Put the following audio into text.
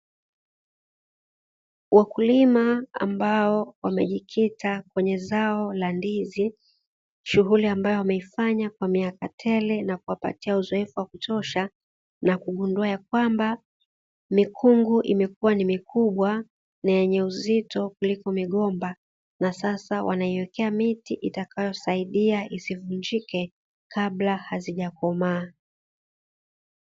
Wakulima ambao wamejikita kwenye zao la ndizi shughuli ambayo wameifanya kwa miaka tele na kuwapatia uzoefu wa kutosha, na kugundua ya kwamba mikungu imekuwa ni mikubwa na yenye uzito kuliko migomba na sasa wanaiwekea miti itakayosaidia isivunjike kabla hazijakomaa.